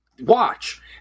Watch